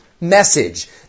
message